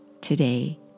today